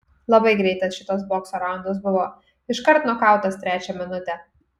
labai greitas šitas bokso raundas buvo iškart nokautas trečią minutę